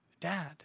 dad